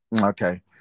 Okay